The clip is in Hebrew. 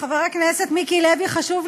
חבר הכנסת מיקי לוי, נא לא לדבר בטלפון.